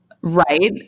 Right